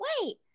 Wait